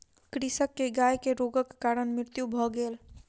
कृषक के गाय के रोगक कारण मृत्यु भ गेल